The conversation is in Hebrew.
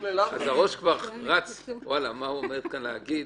הראש כבר רץ מה הוא עומד כבר להגיד?